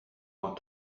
more